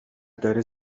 داره